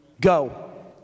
go